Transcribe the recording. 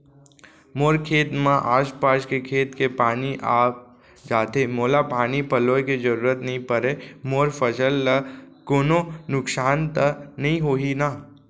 मोर खेत म आसपास के खेत के पानी आप जाथे, मोला पानी पलोय के जरूरत नई परे, मोर फसल ल कोनो नुकसान त नई होही न?